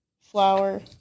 Flour